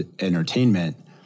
entertainment